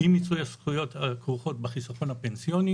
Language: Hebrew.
אי מיצוי הזכויות הכרוכות בחיסכון הפנסיוני.